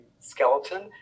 skeleton